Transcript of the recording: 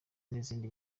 nizindi